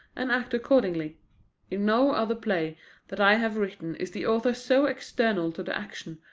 and act accordingly. in no other play that i have written is the author so external to the action,